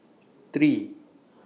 three